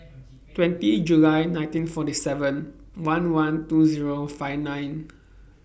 twenty July nineteen forty seven one one two Zero five nine